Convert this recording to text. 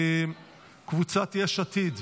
קבוצת יש עתיד,